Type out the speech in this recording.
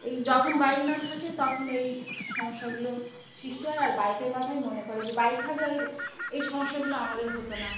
এই যখন বাইক না থাকে তখন এই সমস্যাগুলো সৃষ্টি হয় আর বাইকের কথাই মনে করে যে বাইক থাকলে এই সমস্যাগুলো আমাদের হতো না